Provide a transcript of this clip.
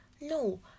no